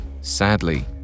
Sadly